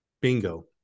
Bingo